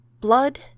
blood